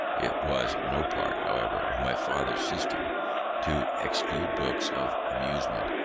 it was no part, however, of my father's system to exclude books of amusement,